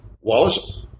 Wallace